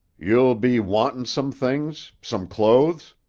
you'll be wantin' some things some clothes?